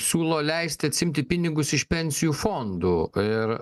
siūlo leisti atsiimti pinigus iš pensijų fondų ir